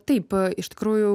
taip iš tikrųjų